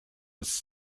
its